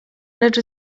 lecz